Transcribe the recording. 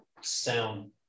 sound